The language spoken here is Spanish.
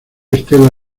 estela